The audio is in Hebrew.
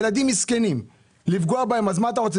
ילדים מסכנים ייפגעו, אז מה אתה רוצה?